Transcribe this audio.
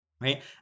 Right